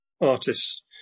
artists